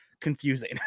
confusing